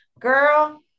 Girl